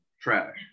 trash